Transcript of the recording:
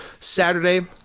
Saturday